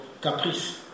caprice